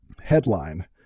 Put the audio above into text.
Headline